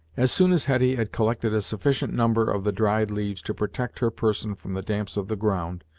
as soon as hetty had collected a sufficient number of the dried leaves to protect her person from the damps of the ground,